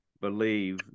believe